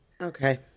Okay